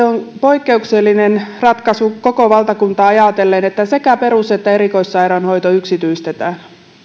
on poikkeuksellinen ratkaisu koko valtakuntaa ajatellen että sekä perus että erikoissairaanhoito yksityistetään